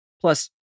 Plus